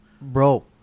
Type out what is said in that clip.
Bro